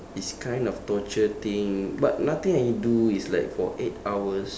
it's kind of torture thing but nothing I do is like for eight hours